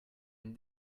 une